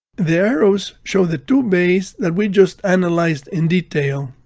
the arrows show the two bays that we just analyzed in detail.